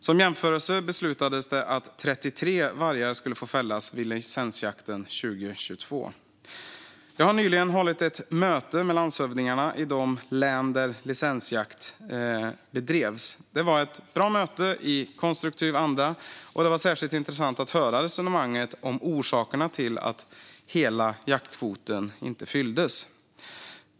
Som jämförelse beslutades det att 33 vargar skulle få fällas vid licensjakten 2022. Jag har nyligen hållit ett möte med landshövdingarna i de län där licensjakt bedrevs. Det var ett bra möte i konstruktiv anda, och det var särskilt intressant att höra resonemanget om orsakerna till att hela jaktkvoten inte fylldes.